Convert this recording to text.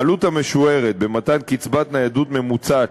העלות המשוערת של מתן קצבת ניידות ממוצעת